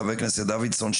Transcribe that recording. חה"כ דוידסון,